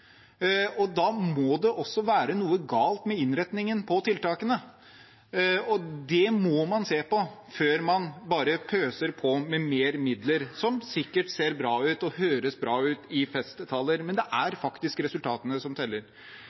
før man bare pøser på med mer midler, som sikkert ser bra ut og høres bra ut i festtaler, men det er faktisk resultatene som teller.